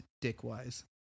dick-wise